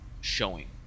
showing